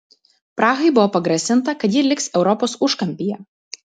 prahai buvo pagrasinta kad ji liks europos užkampyje